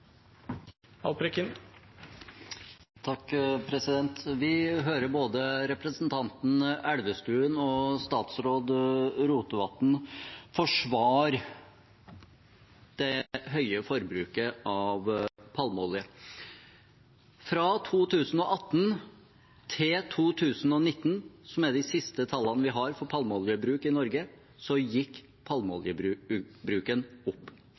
Vi hører både representanten Elvestuen og statsråd Rotevatn forsvare det høye forbruket av palmeolje. Fra 2018 til 2019, som er de siste tallene vi har på palmeoljebruk i Norge, gikk